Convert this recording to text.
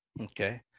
Okay